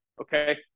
Okay